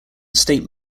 state